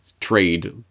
trade